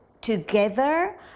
together